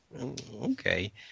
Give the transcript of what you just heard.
Okay